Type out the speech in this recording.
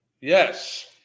Yes